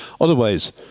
otherwise